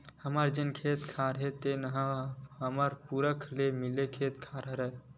हमर जेन खेत खार हे तेन ह हमर पुरखा ले मिले खेत खार हरय